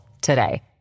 today